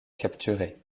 capturé